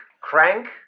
crank